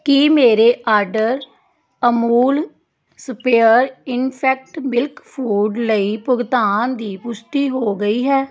ਕੀ ਮੇਰੇ order Amulspray infant milk food ਲਈ ਭੁਗਤਾਨ ਦੀ ਪੁਸ਼ਟੀ ਹੋ ਗਈ ਹੈ